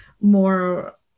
more